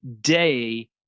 day